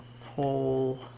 whole